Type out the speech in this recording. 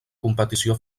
competició